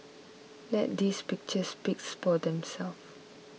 let these pictures speaks for themselves